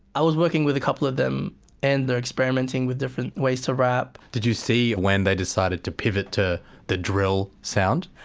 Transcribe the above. i was working with a couple of them and they're experimenting with different ways to rap. did you see when they decided to pivot to the drill sound?